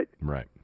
Right